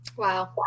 Wow